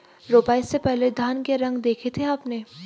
रोपाई से पहले धान के रंग देखे थे आपने?